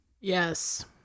yes